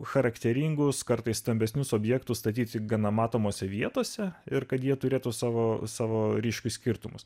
charakteringos kartais stambesnius objektus statyti gana matomose vietose ir kad jie turėtų savo savo ryškius skirtumus